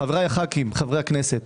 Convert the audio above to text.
חבריי חברי הכנסת,